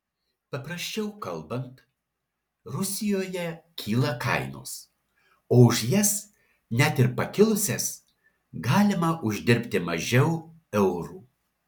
paprasčiau kalbant rusijoje kyla kainos o už jas net ir pakilusias galima uždirbti mažiau eurų